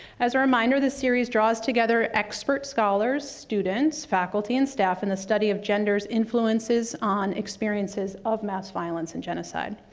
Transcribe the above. as a reminder, this series draws together expert scholars, students, faculty, and staff in a study of gender's influences on experiences of mass violence and genocide,